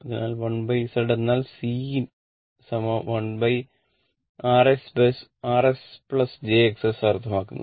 അതിനാൽ 1Z എന്നാൽ C1RSj XS അർത്ഥമാക്കുന്നത്